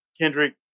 Kendrick